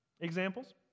examples